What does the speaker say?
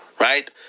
right